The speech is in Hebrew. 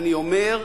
אני אומר: